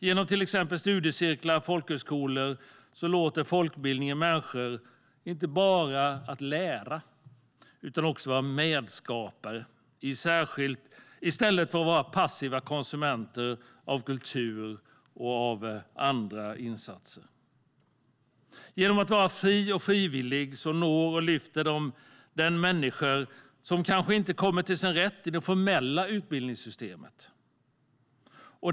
Genom till exempel studiecirklar och folkhögskolor låter folkbildningen människor inte bara lära utan också vara medskapare i stället för att vara passiva konsumenter av kultur och andra insatser. Genom att vara fri och frivillig når och lyfter folkbildningen de människor som kanske inte kommer till sin rätt i det formella utbildningssystemet.